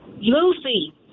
Lucy